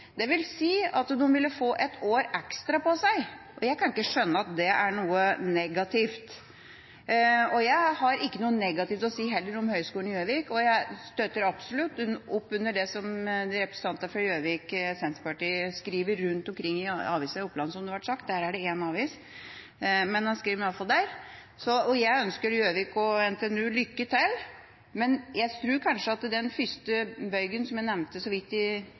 si at de ville få et år ekstra på seg. Jeg kan ikke skjønne at det er noe negativt. Jeg har ikke noe negativt å si om Høgskolen i Gjøvik, og jeg støtter absolutt opp under det som representantene fra Gjøvik Senterparti skriver rundt omkring i aviser i Oppland, som det har vært sagt – der er det én avis, men man skriver i alle fall der. Jeg ønsker Gjøvik og NTNU lykke til, men jeg tror kanskje at den først bøygen, som jeg nevnte så vidt i replikkordskiftet her i stad, er at NTNUs styre sa nei – de